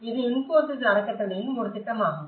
இது இன்போசிஸ் அறக்கட்டளையின் ஒரு திட்டமாகும்